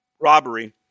robbery